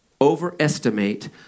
overestimate